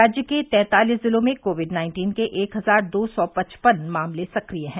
राज्य के तैंतालीस जिलों में कोविड नाइन्टीन के एक हजार दो सौ पचपन सक्रिय मामले हैं